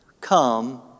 come